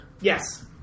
Yes